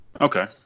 okay